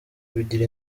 bigira